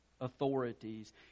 authorities